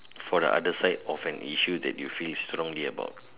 for the other side of an issue that you feel strongly about